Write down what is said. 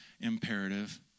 imperative